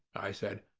i said,